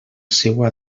seua